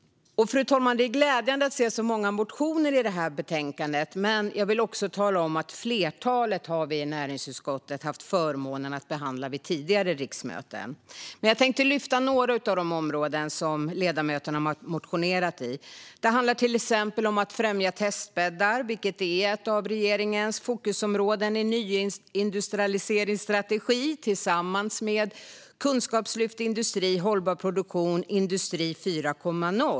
Fru talman! Det är glädjande att se så många motioner i det här betänkandet, men jag vill också tala om att vi i näringsutskottet haft förmånen att behandla flertalet av dem under tidigare riksmöten. Jag tänkte dock lyfta några av de områden som ledamöterna har motionerat på. Det handlar till exempel om att främja testbäddar, vilket är ett av regeringens fokusområden i nyindustrialiseringsstrategin tillsammans med Kunskapslyft industri, hållbar produktion och Industri 4.0.